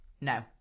No